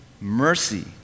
Mercy